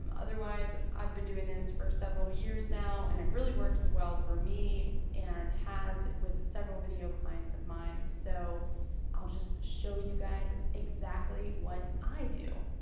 um otherwise, i've been dong this for several years now and it really works well for me and has with several video clients of mine. so i'll just show you guys exactly what i do.